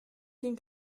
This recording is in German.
den